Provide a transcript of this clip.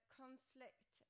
conflict